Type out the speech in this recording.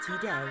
today